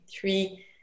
three